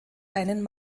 einen